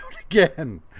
again